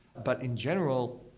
but in general,